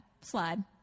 slide